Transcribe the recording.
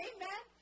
Amen